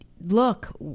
look